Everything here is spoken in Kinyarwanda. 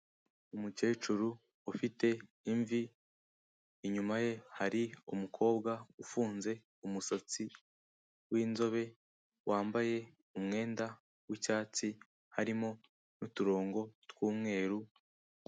Umukecuru ufite imvi, inyuma ye hari umukobwa ufunze umusatsi, w'inzobe, wambaye umwenda w'icyatsi, harimo n'uturongo tw'umweru...